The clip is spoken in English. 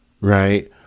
Right